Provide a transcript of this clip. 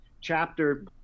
chapter